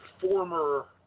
former